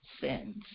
sins